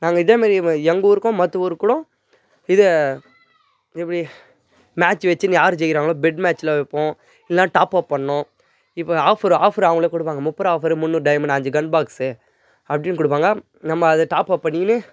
நாங்கள் இதேமாரி எங்கள் ஊருக்கும் மற்ற ஊர்க்கூட இது எப்படி மேட்ச் வெச்சுன்னு யார் ஜெயிக்கிறாங்களோ பெட் மேட்ச்சில் வைப்போம் இல்லைன்னா டாப் அப் பண்ணணும் இப்போ ஆஃப்பர் ஆஃப்பர் அவங்களே கொடுப்பாங்க முப்பது ரூபா ஆஃப்பரு முந்நூறு டைமென்டு அஞ்சு கன் பாக்ஸ்ஸு அப்படின் கொடுப்பாங்க நம்ம அதை டாப் அப் பண்ணிக்கின்னு